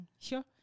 Sure